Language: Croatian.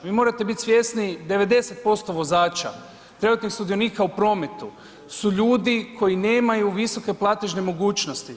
Vi morate biti svjesni 90% vozača trenutnih sudionika u prometu su ljudi koji nemaju visoke platežne mogućnosti.